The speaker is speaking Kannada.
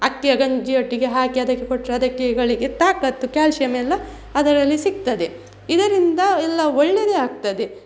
ಅಕ್ಕಿಯ ಗಂಜಿಯೊಟ್ಟಿಗೆ ಹಾಕಿ ಅದಕ್ಕೆ ಕೊಟ್ಟರೆ ಅದಕ್ಕೆ ಗಳಿಗೆ ತಾಕತ್ತು ಕ್ಯಾಲ್ಶಿಯಮ್ ಎಲ್ಲ ಅದರಲ್ಲಿ ಸಿಕ್ತದೆ ಇದರಿಂದ ಎಲ್ಲ ಒಳ್ಳೆಯದೇ ಆಗ್ತದೆ